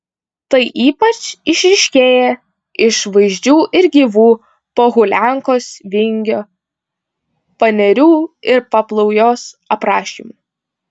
tai ypač išryškėja iš vaizdžių ir gyvų pohuliankos vingio panerių ir paplaujos aprašymų